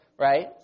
Right